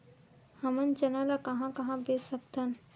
हमन चना ल कहां कहा बेच सकथन?